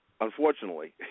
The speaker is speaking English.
unfortunately